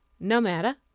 no matter,